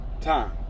time